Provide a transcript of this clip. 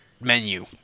menu